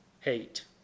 hate